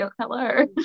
Hello